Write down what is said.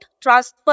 transfer